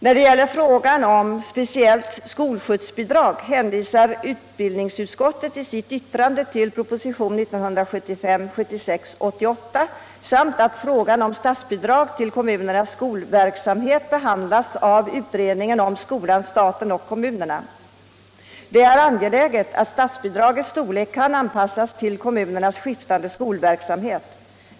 När det gäller frågan om speciellt skolskjutsbidrag hänvisar utbildningsutskottet i sitt yttrande till propositionen 1975/76:88 samt till att frågan om statsbidrag till kommunernas skolverksamhet behandlas av utredningen om skolan, staten och kommunerna. Det är angeläget att statsbidragets storlek kan anpassas till kommunernas skiftande skolverksamhet.